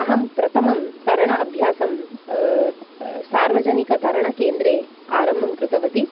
अहं प्रथमं तरण अभ्यासं सार्वजनिकतरणकेन्द्रे आरम्भं कृतवती